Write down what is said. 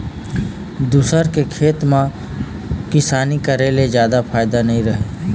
दूसर के खेत खार म किसानी करे ले जादा फायदा नइ रहय